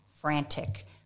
frantic